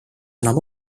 enam